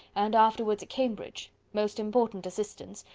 and afterwards at cambridge most important assistance,